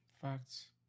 Facts